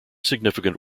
significant